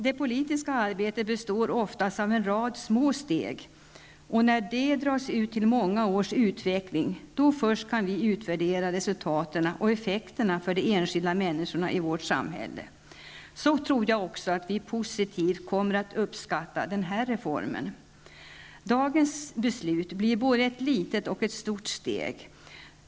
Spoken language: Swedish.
Det politiska arbetet består oftast av en rad små steg, och först när de dras ut till många års utveckling kan vi utvärdera resultaten och effekterna för de enskilda människorna i vårt samhälle. Så tror jag också att vi positivt kommer att uppskatta den här reformen. Dagens beslut blir både ett litet och ett stort steg.